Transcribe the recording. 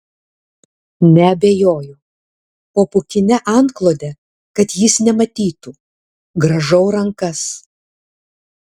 neabejoju po pūkine antklode kad jis nematytų grąžau rankas